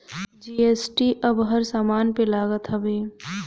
GST अब हर समान पे लागत हवे